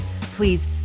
please